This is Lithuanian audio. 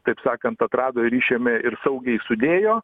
taip sakant atrado ir išėmė ir saugiai sudėjo